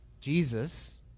Jesus